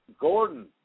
Gordon